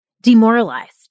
demoralized